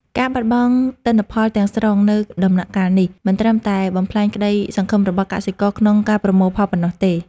ការបាត់បង់ទិន្នផលទាំងស្រុងនៅដំណាក់កាលនេះ មិនត្រឹមតែបំផ្លាញក្តីសង្ឃឹមរបស់កសិករក្នុងការប្រមូលផលប៉ុណ្ណោះទេ។